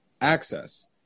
access